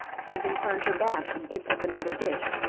susan turned her back and picked up another dish.